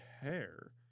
care